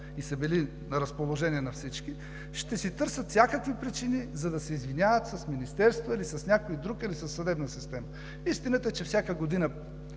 и са били на разположение на всички, ще си търсят всякакви причини, за да се извиняват с министерства или с някой друг, или със съдебна система. Истината е, че всяка година